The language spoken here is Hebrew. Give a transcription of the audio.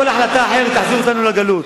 כל החלטה אחרת תחזיר אותנו לגלות.